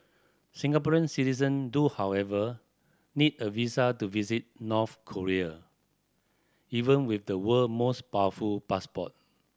Singaporean citizen do however need a visa to visit North Korea even with the world most powerful passport